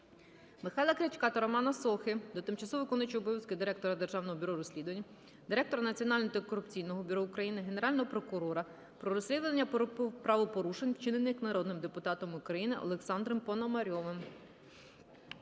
Михайла Крячка та Романа Сохи до тимчасово виконуючої обов'язки Директора Державного бюро розслідувань, Директора Національного антикорупційного бюро України, Генерального прокурора про розслідування правопорушень, вчинених народним депутатом України Олександром Пономарьовим.